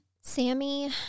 Sammy